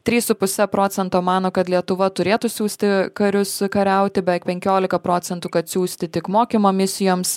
trys su puse procento mano kad lietuva turėtų siųsti karius kariauti beveik penkiolika procentų kad siųsti tik mokymo misijoms